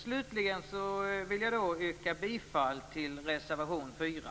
Slutligen vill jag yrka bifall till reservation 4.